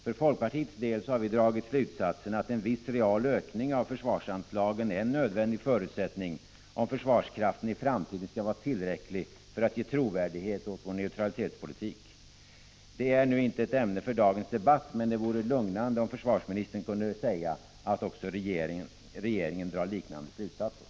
För folkpartiets del har vi dragit slutsatsen att en viss reell ökning av försvarsanslagen är en nödvändig förutsättning om försvarskraften i framtiden skall vara tillräcklig för att ge trovärdighet åt vår neutralitetspolitik. Det är nu inte ett ämne för dagens debatt, men det vore lugnande om försvarsministern kunde säga att också regeringen drar liknande slutsatser.